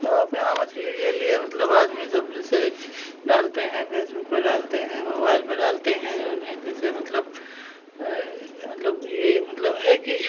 हम अपने यहाँ मछली के लिए मतलब आदमी सब जैसे डालते हैं फ़ेसबुक पर डालते हैं मोबाइल पर डालते हैं जऊन है तो ऐसे मतलब मतलब यह मतलब है कि